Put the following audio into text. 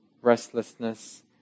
restlessness